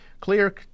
clear